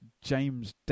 James